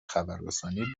خبررسانی